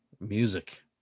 Music